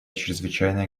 чрезвычайное